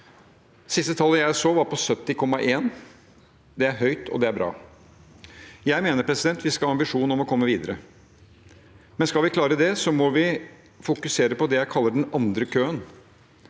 siste tallet jeg så, var 70,1 pst. Det er høyt, og det er bra. Jeg mener vi skal ha ambisjon om å komme videre, men skal vi klare det, må vi fokusere på det jeg kaller den andre køen,